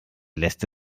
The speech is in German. lässt